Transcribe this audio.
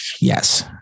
Yes